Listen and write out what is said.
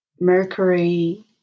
mercury